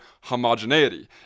homogeneity